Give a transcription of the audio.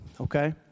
okay